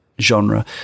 genre